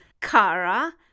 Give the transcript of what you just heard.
Kara